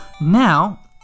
Now